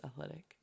athletic